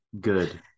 good